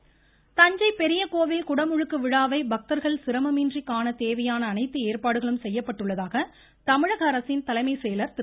குடமுழுக்கு தஞ்சை பெரியகோவில் குடமுழுக்கு விழாவை பக்தர்கள் சிரமம் இன்றி காண தேவையான அனைத்து ஏற்பாடுகளும் செய்யப்பட்டுள்ளதாக தமிழகஅரசின் தலைமை செயலர் திரு